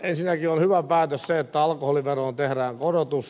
ensinnäkin on hyvä päätös se että alkoholiveroon tehdään korotus